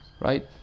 Right